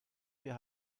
wir